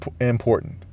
important